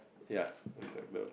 ya